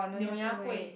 nyonya-kueh